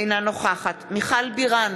אינה נוכחת מיכל בירן,